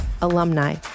alumni